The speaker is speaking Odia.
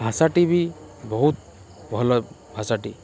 ଭାଷାଟି ବି ବହୁତ ଭଲ ଭାଷାଟି